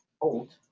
old